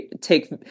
take –